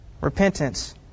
Repentance